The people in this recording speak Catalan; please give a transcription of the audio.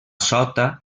sota